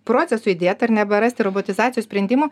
procesų įdėt ar neberasti robotizacijos sprendimų